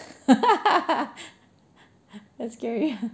that's scary